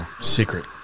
secret